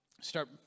Start